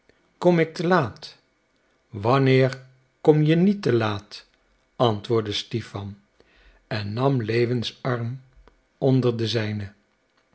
kom ik te laat wanneer kom je niet te laat antwoordde stipan en nam lewins arm onder den zijnen